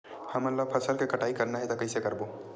हमन ला फसल के कटाई करना हे त कइसे करबो?